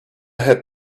had